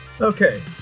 Okay